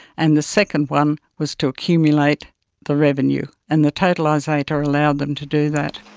and the second one was to accumulate the revenue. and the totalisator allowed them to do that.